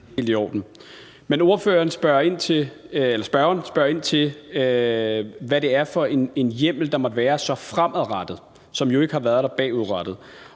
Men spørgeren spørger ind til, hvad det er for en hjemmel, der så måtte være fremadrettet, som jo ikke har været der bagudrettet.